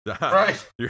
Right